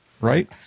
Right